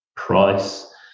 Price